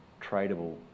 tradable